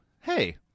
hey